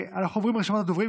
אנחנו עוברים לרשימת הדוברים,